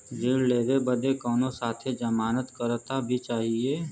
ऋण लेवे बदे कउनो साथे जमानत करता भी चहिए?